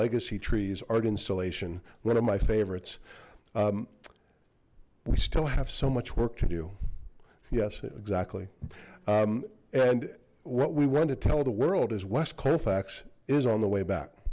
legacy trees art installation one of my favorites we still have so much work to do yes exactly and what we want to tell the world is west colfax is on the way back